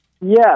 Yes